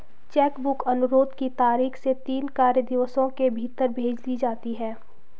check book अनुरोध की तारीख से तीन कार्य दिवसों के भीतर भेज दी जाती है